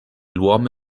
l’uomo